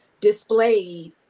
displayed